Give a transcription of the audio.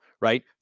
right